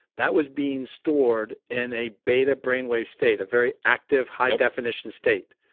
that was being stored in a beta brainwave state, a very active high definition state.